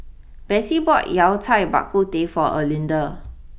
Bessie bought Yao Cai Bak Kut Teh for Erlinda